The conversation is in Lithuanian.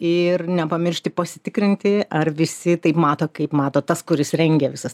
ir nepamiršti pasitikrinti ar visi taip mato kaip mato tas kuris rengia visas